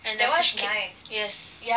and the fishcake yes